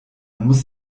muss